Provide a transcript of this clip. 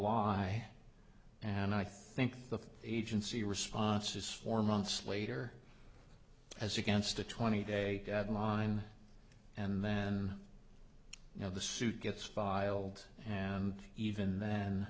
july and i think the agency response is four months later as against a twenty day deadline and then you have the suit gets filed and even then